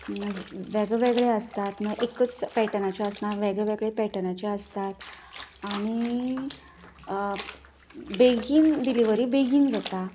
वेगळेवेगळे आसता मागी एकच पेटनाचे आसना वेगळ्यावेगळ्या पेटनाचें आसतात आनी बेगीन डिलीवरी बेगीन जाता